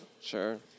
Sure